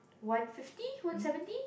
one fifty one seventy